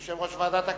יושב-ראש ועדת הכספים.